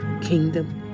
kingdom